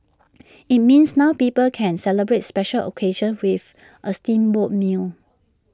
IT means now people can celebrate special occasions with A steamboat meal